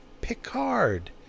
Picard